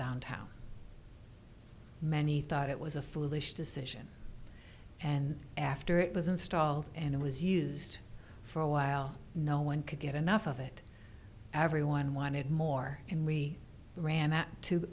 down town many thought it was a foolish decision and after it was installed and it was used for a while no one could get enough of it everyone wanted more and we ran that t